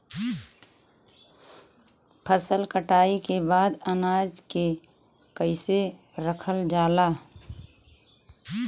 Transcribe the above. फसल कटाई के बाद अनाज के कईसे रखल जाला?